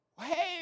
Hey